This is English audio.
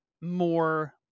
more